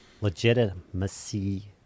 legitimacy